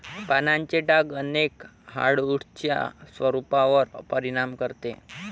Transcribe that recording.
पानांचे डाग अनेक हार्डवुड्सच्या स्वरूपावर परिणाम करतात